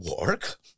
work